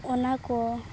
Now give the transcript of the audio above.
ᱚᱱᱟ ᱠᱚ